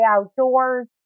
outdoors